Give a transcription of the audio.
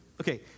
Okay